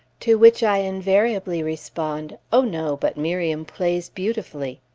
to which i invariably respond, oh, no, but miriam plays beautifully!